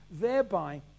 thereby